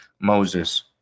moses